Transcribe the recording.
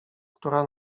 która